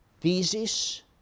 thesis